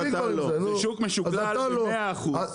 זה שוק משוכלל במאה אחוז.